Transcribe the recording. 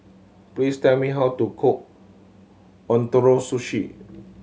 please tell me how to cook Ootoro Sushi